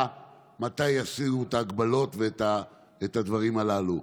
מתי יסירו את ההגבלות ואת הדברים הללו.